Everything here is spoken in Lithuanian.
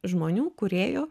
žmonių kūrėjų